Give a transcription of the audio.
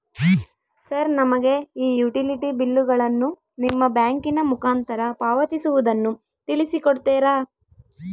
Sir ನಮಗೆ ಈ utility ಬಿಲ್ಲುಗಳನ್ನು ನಿಮ್ಮ ಬ್ಯಾಂಕಿನ ಮುಖಾಂತರ ಪಾವತಿಸುವುದನ್ನು ತಿಳಿಸಿ ಕೊಡ್ತೇರಾ?